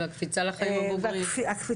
והקפיצה לחיים הבוגרים.